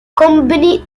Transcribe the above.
company